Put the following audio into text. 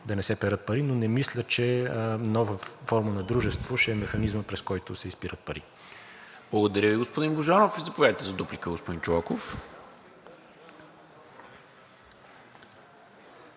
да не се перат пари, но не мисля, че нова форма на дружество ще е механизмът, през който се изпират пари. ПРЕДСЕДАТЕЛ НИКОЛА МИНЧЕВ: Благодаря Ви, господин Божанов. Заповядайте за дуплика, господин Чолаков.